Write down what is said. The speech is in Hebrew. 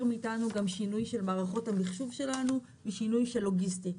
מאיתנו גם שינוי של מערכות המחשוב שלנו משינוי לוגיסטי,